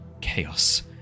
chaos